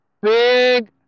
big